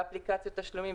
ואפליקציות תשלומים,